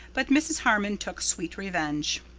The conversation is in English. but mrs. harmon took swift revenge.